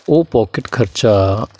ਉਹ ਪੋਕਿਟ ਖਰਚਾ